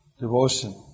devotion